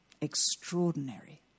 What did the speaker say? Extraordinary